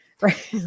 Right